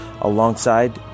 alongside